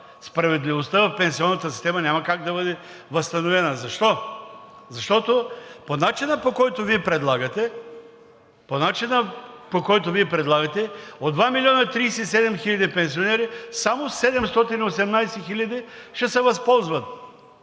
справедливостта в пенсионната система няма как да бъде възстановена. Защо? Защото по начина, по който Вие предлагате, от 2 милиона 37 хиляди пенсионери само 718 хиляди ще се възползват